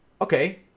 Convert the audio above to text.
Okay